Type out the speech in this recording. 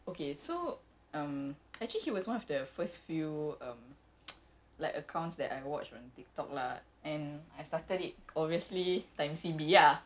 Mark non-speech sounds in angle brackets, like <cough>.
okay so um <noise> actually he was one of the first few um <noise> like accounts that I watch on tiktok lah and I started it obviously time C_B ah times you lane